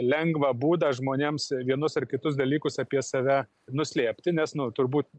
lengvą būdą žmonėms vienus ar kitus dalykus apie save nuslėpti nes nu turbūt